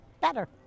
better